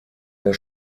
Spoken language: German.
der